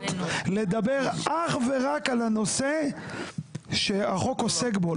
לדבר אך ורק על הנושא שהחוק עוסק בו,